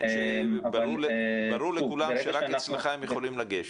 אבל זה -- ברור לכולם שרק אצלך הם יכולים לגשת.